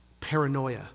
paranoia